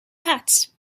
hats